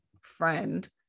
friend